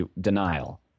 denial